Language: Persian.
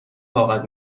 طاقت